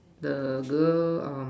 the girl um